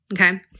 okay